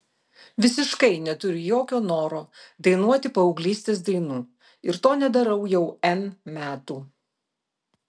visiškai neturiu jokio noro dainuoti paauglystės dainų ir to nedarau jau n metų